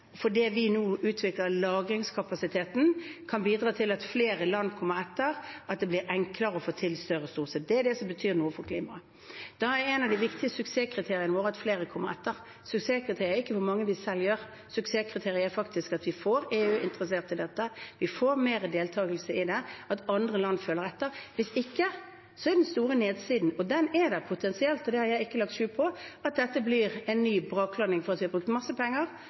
fordi vi nå utvikler lagringskapasiteten, kan bidra til at flere land kommer etter, at det blir enklere å få til noe større. Det er det som betyr noe for klimaet. Da er et av de viktige suksesskriteriene våre at flere kommer etter. Suksesskriteriet er ikke hvor mye vi selv gjør. Suksesskriteriet er faktisk at vi får EU interessert i dette, at vi får mer deltakelse i det, at andre land følger etter. Hvis ikke er den store nedsiden – den er der potensielt, og det har jeg ikke lagt skjul på – at dette blir en ny braklanding fordi vi har brukt masse penger